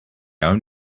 own